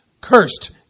cursed